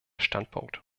standpunkt